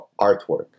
Artwork